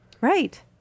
Right